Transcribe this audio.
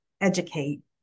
educate